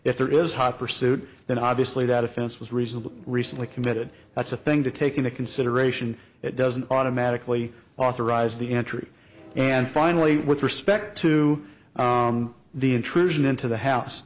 if there is hot pursuit then obviously that offense was reasonable recently committed that's a thing to take into consideration it doesn't automatically authorize the entry and finally with respect to the intrusion into the house